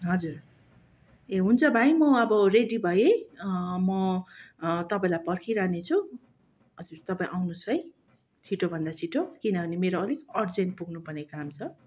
हजुर ए हुन्छ भाइ म अब रेडी भएँ म तपाईँलाई पर्खिरहने छु हजुर तपाईँ आउनुहोस् है छिटोभन्दा छिटो किनभने मेरो अलिक अर्जेन्ट पुग्नुपर्ने काम छ